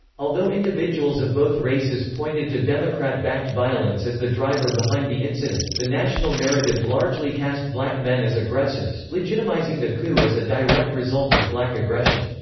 although individuals of both races pointed to democrat-backed violence as the driver behind the incident, the national narrative largely cast black men as aggressors, legitimizing the coup as a direct result of black aggression.